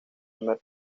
primer